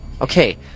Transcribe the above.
Okay